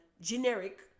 generic